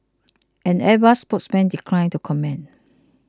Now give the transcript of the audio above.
an Airbus spokesman declined to comment